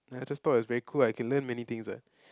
no lah just thought it's very cool ah I can learn many things what